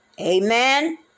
Amen